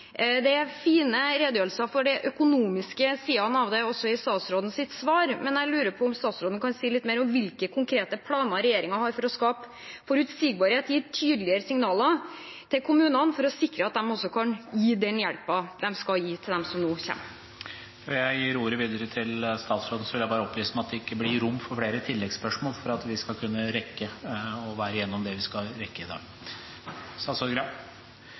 Det er fine redegjørelser om de økonomiske sidene av det, også i statsrådens svar. Men jeg lurer på om statsråden kan si litt mer om hvilke konkrete planer regjeringen har for å skape forutsigbarhet og gi tydeligere signaler til kommunene for å sikre at de også kan gi den hjelpen de skal gi til dem som nå kommer. Før jeg gir ordet til statsråden, vil jeg bare opplyse om at det ikke blir rom for flere tilleggsspørsmål. Dette gjøres for å rekke å komme igjennom alt det vi skal rekke i dag.